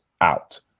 out